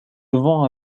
vend